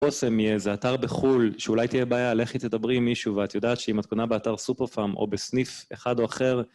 בושם מאיזה אתר בחול שאולי תהיה בעיה, לכל תדברי עם מישהו, ואת יודעת שאם את קונה באתר סופר-פארם או בסניף אחד או אחר...